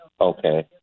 Okay